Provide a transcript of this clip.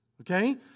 okay